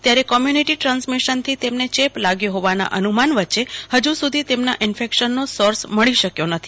ત્યારે community transmission થી તેમને ચેપ લાગ્યો હોવાના અનુમાન વચ્ચે હજુ સુધી તેમના ઈન્ફેકશનનો સોર્સ મળી શકયો નથી